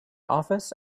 office